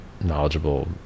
knowledgeable